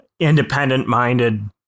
Independent-minded